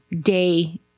day